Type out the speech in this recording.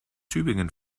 tübingen